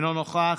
אינו נוכח,